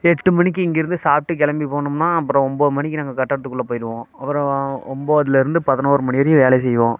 எட்டு மணிக்கு இங்கேருந்து சாப்பிட்டு கிளம்பி போனோம்னால் அப்புறம் ஒம்பது மணிக்கு நாங்கள் கட்டிடத்துக்குள்ள போயிடுவோம் அப்புறம் ஒம்பதுலேருந்து பதினோரு மணி வரையும் வேலை செய்வோம்